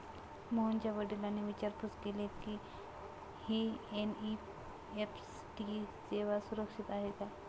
मोहनच्या वडिलांनी विचारपूस केली की, ही एन.ई.एफ.टी सेवा सुरक्षित आहे का?